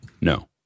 No